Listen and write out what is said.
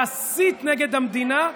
להסית נגד המדינה,